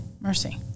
Mercy